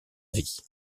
vie